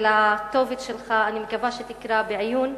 אני מקווה שתקרא בעיון,